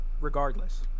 regardless